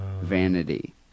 Vanity